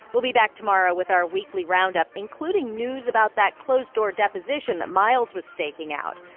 we'll be back tomorrow with our weekly roundup, including news about that closed-door deposition that miles was staking out.